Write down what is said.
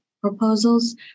proposals